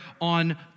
on